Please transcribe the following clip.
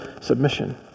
submission